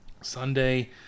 Sunday